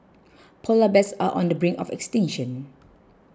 Polar Bears are on the brink of extinction